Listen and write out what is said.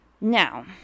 now